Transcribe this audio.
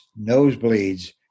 nosebleeds